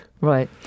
Right